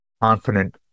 confident